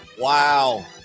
Wow